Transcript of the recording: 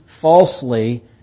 falsely